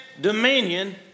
dominion